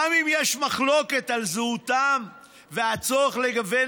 גם אם יש מחלוקת על זהותם ויש צורך לגוון